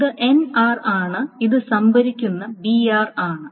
ഇത് nr ആണ് ഇത് സംഭരിക്കുന്ന br ആണ്